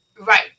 Right